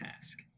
task